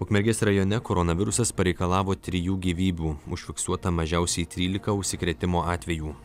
ukmergės rajone koronavirusas pareikalavo trijų gyvybių užfiksuota mažiausiai trylika užsikrėtimo atvejų